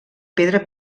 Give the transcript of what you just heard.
pedra